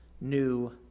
new